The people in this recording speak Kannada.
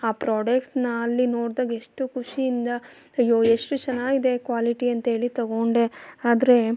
ಆ ಪ್ರೋಡಕ್ಟ್ಸ್ನ ಅಲ್ಲಿ ನೋಡ್ದಾಗ ಎಷ್ಟು ಖುಷಿಯಿಂದ ಅಯ್ಯೋ ಎಷ್ಟು ಚೆನ್ನಾಗಿದೆ ಕ್ವಾಲಿಟಿ ಅಂಥೇಳಿ ತಗೊಂಡೆ ಆದರೆ